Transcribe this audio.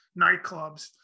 nightclubs